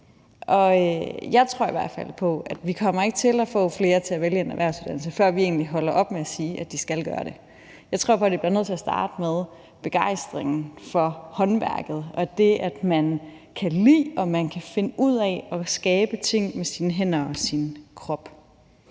jeg tror i hvert fald på, at vi ikke kommer til at få flere til at vælge en erhvervsuddannelse, før vi egentlig holder op med at sige, at de skal gøre det. Jeg tror på, at det bliver nødt til at starte med begejstringen for håndværket og det, at man kan lide det og finde ud af at skabe ting med sine hænder og sin krop.